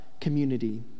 community